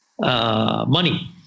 money